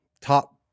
top